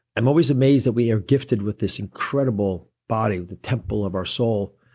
i'm always amazed that we are gifted with this incredible body, the temple of our soul,